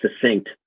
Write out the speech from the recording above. succinct